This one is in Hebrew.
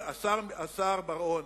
השר בר-און,